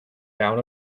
down